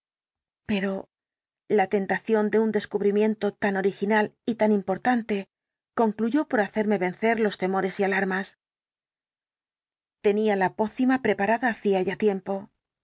pero la tentación de un descubrimiento tan original y tan importante concluyó por hacerme vencer los temores y alarmas tenía la pócima preparada hacía ya tiempo